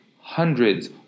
hundreds